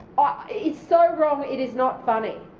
ah it's so wrong it is not funny.